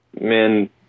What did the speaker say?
men